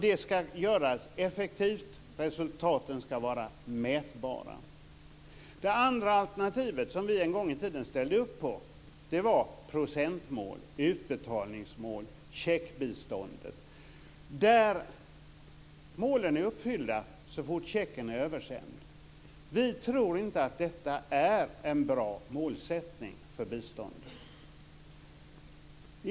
Det ska göras effektivt. Resultaten ska vara mätbara. Det andra alternativet, som vi en gång i tiden ställde upp på, var procentmålet eller utbetalningsmålet - checkbiståndet. Där är målen uppfyllda så fort checken är översänd. Vi tror inte att det är en bra målsättning för biståndet.